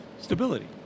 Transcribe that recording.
stability